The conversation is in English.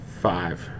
Five